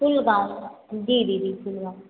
full बाँह जी दीदी फुल बाँह